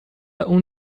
اون